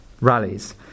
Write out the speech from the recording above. Rallies